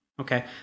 Okay